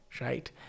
right